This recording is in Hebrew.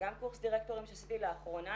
וגם קורס דירקטורים שעשיתי לאחרונה,